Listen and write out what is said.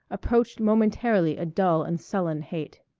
approached momentarily a dull and sullen hate.